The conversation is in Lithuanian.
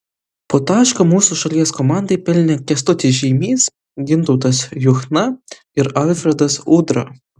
po tašką mūsų šalies komandai pelnė kęstutis žeimys gintautas juchna ir alfredas udra